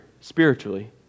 spiritually